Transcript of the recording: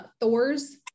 Thor's